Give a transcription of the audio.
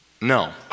no